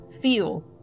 feel